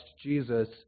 Jesus